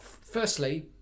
firstly